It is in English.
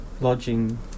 lodging